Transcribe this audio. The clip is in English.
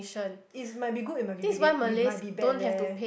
it's might be good it might be get might be bad leh